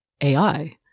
AI